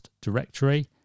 directory